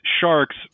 sharks